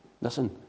Listen